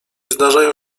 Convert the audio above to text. zdarzają